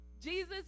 Jesus